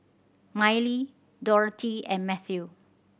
Miley Dorothea and Mathew